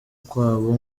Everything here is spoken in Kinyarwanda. kwabo